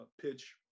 pitch